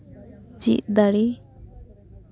ᱪᱮᱫ ᱫᱟᱲᱮ